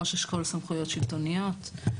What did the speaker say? ראש אשכול סמכויות שלטוניות.